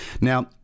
Now